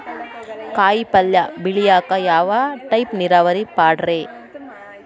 ಕಾಯಿಪಲ್ಯ ಬೆಳಿಯಾಕ ಯಾವ ಟೈಪ್ ನೇರಾವರಿ ಪಾಡ್ರೇ?